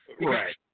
Right